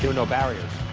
no no barriers,